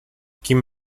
kim